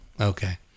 Okay